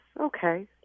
okay